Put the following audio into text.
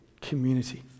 community